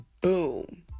boom